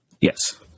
Yes